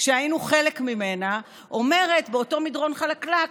שהיינו חלק ממנה, אומרת באותו מדרון חלקלק: